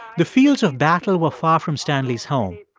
the fields of battle were far from stanley's home.